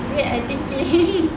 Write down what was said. wait I thinking